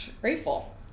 grateful